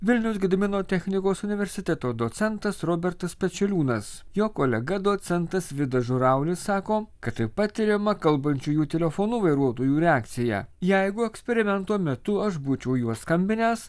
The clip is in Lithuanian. vilniaus gedimino technikos universiteto docentas robertas pečeliūnas jo kolega docentas vidas žuraulis sako kad taip pat tiriama kalbančiųjų telefonu vairuotojų reakcija jeigu eksperimento metu aš būčiau juo skambinęs